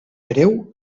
greu